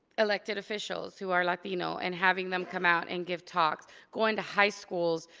elected officials who are latino and having them come out and give talks. go into high schools,